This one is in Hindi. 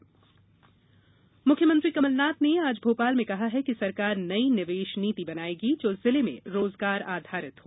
कमलनाथ बयान मुख्यमंत्री कमलनाथ ने आज भोपाल में कहा है कि सरकार नई निवेश नीति बनाएगी जो जिले में रोजगार आधारित हो